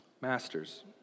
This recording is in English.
Masters